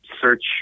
search